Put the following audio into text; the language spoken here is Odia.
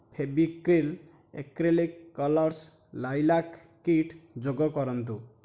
Fevicryl acrylic colours lilac kit ଯୋଗ କରନ୍ତୁ